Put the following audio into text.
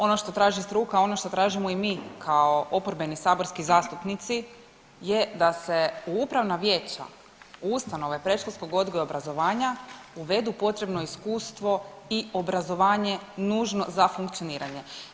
Ono što traži struka, ono što tražimo i mi kao oporbeni saborski zastupnici je da se u upravna vijeća, u ustanove predškolskog odgoja i obrazovanja uvedu potrebno iskustvo i obrazovanje nužno za funkcioniranje.